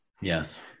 Yes